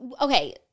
Okay